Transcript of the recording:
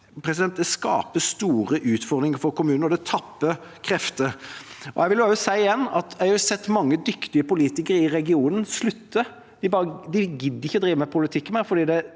Det skaper store utfordringer for kommunen, og det tapper en for krefter. Jeg vil igjen si at jeg har sett mange dyktige politikere i regionen slutte. De gidder ikke å drive med politikk mer,